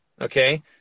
Okay